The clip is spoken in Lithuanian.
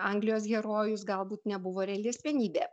anglijos herojus galbūt nebuvo reali asmenybė